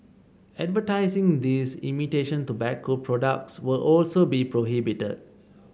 advertising these imitation tobacco products will also be prohibited